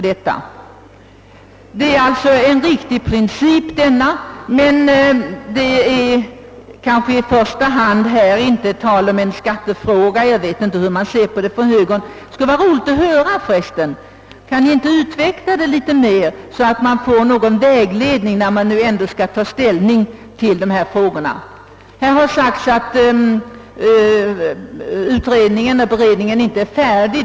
Denna princip är riktig, men det gäller kanske inte i första hand en skattefråga. Det vore roligt att höra hur högern ser på denna fråga. Kan ni inte utveckla deita litet mer så att vi får någon vägledning när vi nu ändå skall ta ställning till dessa frågor? Här har sagts att beredningen inte är färdig.